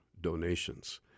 donations